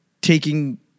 taking